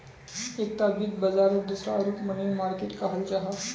एकता वित्त बाजारेर दूसरा रूप मनी मार्किट कहाल जाहा